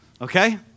okay